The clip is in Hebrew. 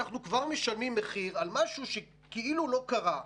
אנחנו כבר משלמים על משהו שכאילו לא קרה.